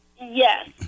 Yes